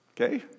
Okay